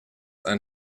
ein